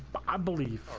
i believe